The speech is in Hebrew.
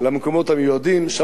שם אנחנו נאכיל אותם,